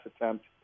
attempt